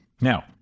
Now